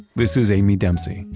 this is amy dempsey,